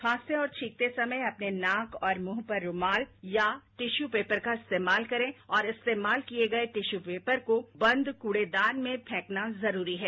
खांसते और छींकते समय अपने नाक और मुंह पर रूमाल या टिश्यू पेपर का इस्तेमाल करें और इस्घ्तेमाल किये गये टिश्यू पेपर को बंद कूड़ेदान में फेंकना जरूरी है